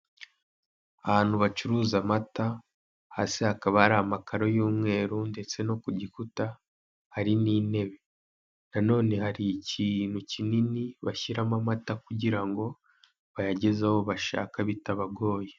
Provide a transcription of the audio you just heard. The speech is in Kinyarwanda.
Ahantu bacuruza amata, hasi hakaba hari amakaro y'umweru, ndetse no ku gikuta, hari n'intebe. Na none hari ikintu kinini, bashyiramo amata kugira ngo bayageze aho bashaka bitabagoye.